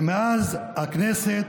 ומאז הכנסת